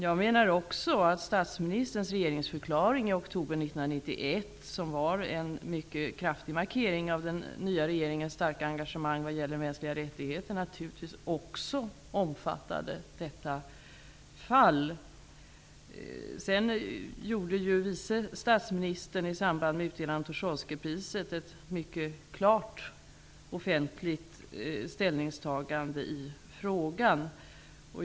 Jag menar också att statsministerns regeringsförklaring i oktober 1991, som innehöll en mycket kraftig markering av den nya regeringens starka engagemang vad gäller mänskliga rättigheter, naturligtvis också omfattade detta fall. Vice statsministern gjorde i samband med utdelandet av Tucholskypriset ett mycket klart offentligt ställningstagande i frågan.